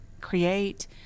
create